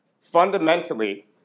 fundamentally